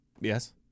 Yes